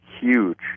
huge